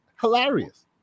Hilarious